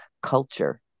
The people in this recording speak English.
culture